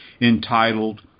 entitled